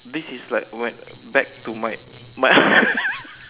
this is like when back to my my